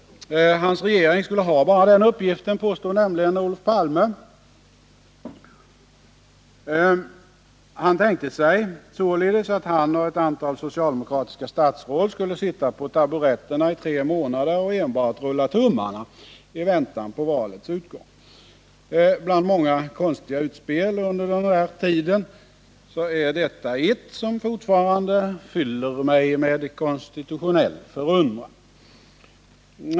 Hans regering skulle ha bara den uppgiften, påstod nämligen Olof Palme. Han tänkte sig således att han och ett antal socialdemokratiska statsråd skulle sitta på taburetterna i tre månader och enbart rulla tummarna i väntan på valets utgång. Bland många konstiga utspel under den här tiden är detta ett som fortfarande fyller mig med konstitutionell förundran.